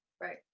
right